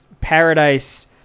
paradise